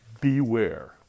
beware